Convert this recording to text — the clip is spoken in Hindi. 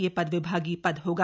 यह पद विभागीय पद होगा